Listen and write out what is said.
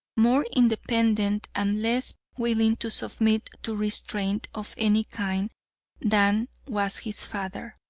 more independent, and less willing to submit to restraint of any kind than was his father.